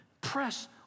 press